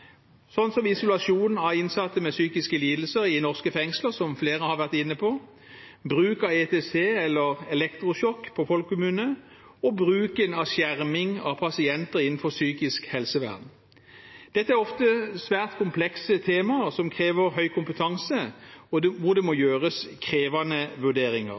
som isolasjon av innsatte med psykiske lidelser i norske fengsler, som flere har vært inne på, bruk av ECT, eller elektrosjokk på folkemunne, og bruk av skjerming av pasienter innenfor psykisk helsevern. Dette er ofte svært komplekse temaer som krever høy kompetanse, og hvor det må gjøres krevende vurderinger.